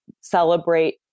celebrate